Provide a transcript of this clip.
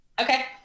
Okay